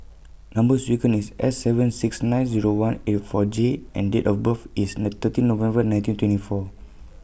Number sequence IS S seven six nine Zero one eight four J and Date of birth IS The thirteen November nineteen twenty four